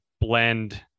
Blend